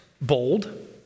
bold